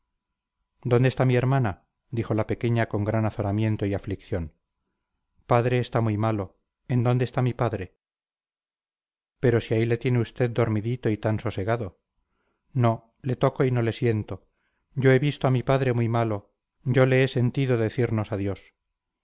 dónde está mi hermana dijo la pequeña con gran azoramiento y aflicción padre está muy malo en dónde está mi padre pero si ahí le tiene usted dormidito y tan sosegado no le toco y no le siento yo he visto a mi padre muy malo yo le he sentido decirnos adiós